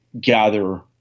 gather